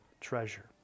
treasure